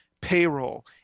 Payroll